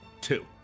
two